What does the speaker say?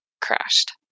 crashed